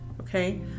okay